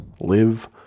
live